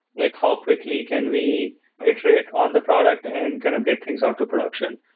like how quickly can we iterate on the product and kind of get things out to production.